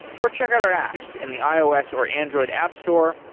or check out our apps in the ios or android app store.